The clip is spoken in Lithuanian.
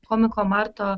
komiko marto